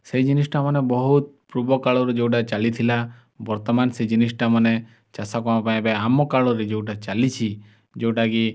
ସେହି ଜିନିଷ୍ଟା ମାନେ ବହୁତ୍ ପୂର୍ବକାଳରୁ ଯେଉଁଟା ଚାଲିଥିଲା ବର୍ତ୍ତମାନ୍ ସେ ଜିନିଷ୍ଟା ମାନେ ଚାଷ କାମ ପାଇଁ ଏବେ ଆମ କାଳରେ ଯେଉଁଟା ଚାଲିଛି ଯେଉଁଟାକି